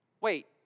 Wait